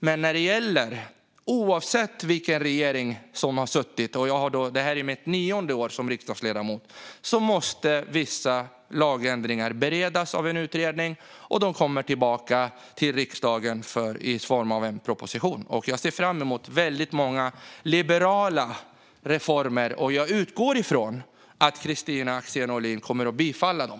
Men oavsett vilken regering som sitter vid makten - och detta är mitt nionde år som riksdagsledamot - måste vissa lagändringar beredas av en utredning. De kommer sedan tillbaka till riksdagen i form av en proposition. Jag ser fram emot väldigt många liberala reformer, och jag utgår från att Kristina Axén Olin kommer att bifalla dem.